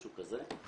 משהו כזה.